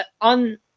on